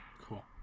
cool